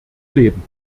leben